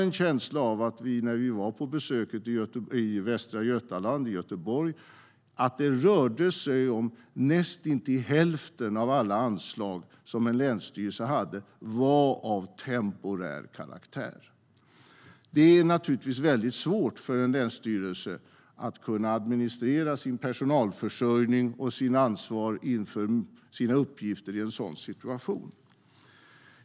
När vi var på besök i Västra Götaland i Göteborg fick jag en känsla av att näst intill hälften av alla anslag som en länsstyrelse hade var av temporär karaktär. Det är naturligtvis väldigt svårt för en länsstyrelse att kunna administrera sin personalförsörjning och sitt ansvar inför sina uppgifter i en sådan situation.